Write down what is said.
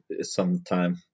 sometime